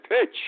pitch